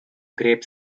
grape